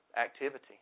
activity